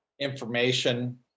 information